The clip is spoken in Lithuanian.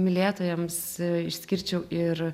mylėtojams išskirčiau ir